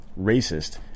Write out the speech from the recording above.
racist